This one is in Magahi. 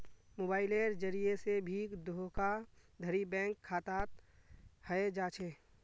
मोबाइलेर जरिये से भी धोखाधडी बैंक खातात हय जा छे